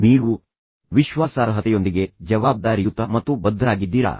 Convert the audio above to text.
ನೀವು ವಿಶ್ವಾಸಾರ್ಹತೆಯೊಂದಿಗೆ ಜವಾಬ್ದಾರಿಯುತ ಮತ್ತು ಬದ್ಧರಾಗಿದ್ದೀರಾ